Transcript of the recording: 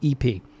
EP